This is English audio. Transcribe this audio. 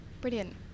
Brilliant